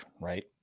right